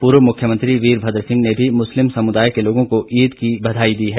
पूर्व मुख्यमंत्री वीरभद्र सिंह ने भी मुस्लिम समुदाय के लोगों को ईद की मुबारकबाद दी है